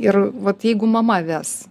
ir vat jeigu mama ves